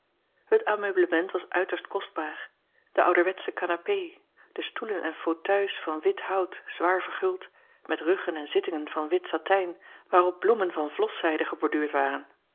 et ameublement was uiterst kostbaar de ouderwetsche kanapee de stoelen en fauteuils van wit hout zwaar verguld met ruggen en zittingen van wit satijn waarop bloemen van vloszijde geborduurd waren